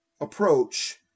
approach